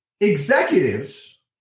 Executives